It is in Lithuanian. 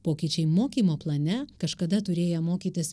pokyčiai mokymo plane kažkada turėję mokytis